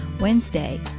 Wednesday